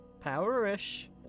Power-ish